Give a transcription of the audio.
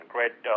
Great